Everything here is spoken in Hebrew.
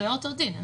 אני